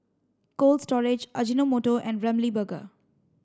Cold Storage Ajinomoto and Ramly Burger